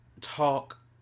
talk